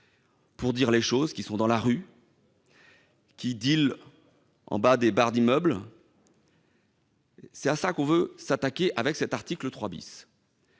Pour dire les choses, ils sont dans la rue ; ils dealent en bas des barres d'immeubles. C'est à cela que l'on veut s'attaquer avec cet article 3.